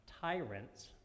tyrants